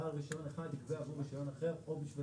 בעל רישיון אחד יגבה עבור רישיון אחר או בשביל